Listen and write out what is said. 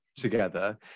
together